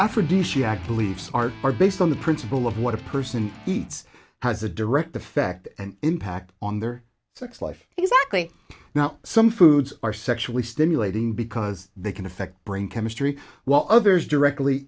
had beliefs are are based on the principle of what a person eats has a direct effect and impact on their sex life exactly now some foods are sexually stimulating because they can affect brain chemistry while others directly